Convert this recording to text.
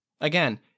Again